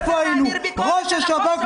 איפה היינו ---- אז איך אתה מעביר ביקורת על החוק?